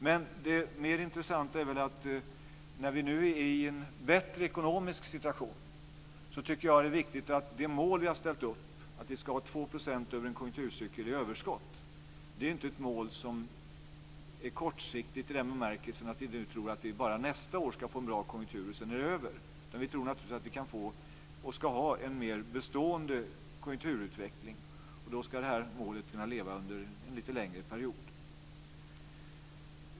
Men det mer intressanta och viktiga när vi nu har en bättre ekonomisk situation tycker jag är att det mål vi har ställt upp, att vi ska ha 2 % i överskott över en konjunkturcykel, inte är ett mål som är kortsiktigt i den bemärkelsen att vi nu tror att vi bara nästa år ska få en bra konjunktur och sedan är det över. Vi tror naturligtvis att vi ska ha en mer bestående konjunkturutveckling. Det här målet ska kunna leva under en lite längre period.